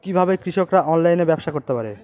কিভাবে কৃষকরা অনলাইনে ব্যবসা করতে পারে?